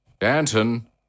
Danton